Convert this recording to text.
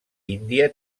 índia